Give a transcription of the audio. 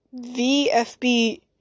VFB